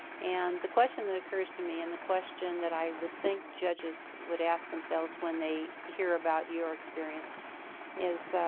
and the question that occurs to me, and the question that i would think judges would ask themselves when they hear about your experience is so